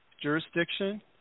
jurisdiction